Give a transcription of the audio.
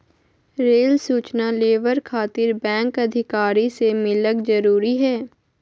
Rail सूचना labour खातिर bank अधिकारी से मिलक जरूरी है?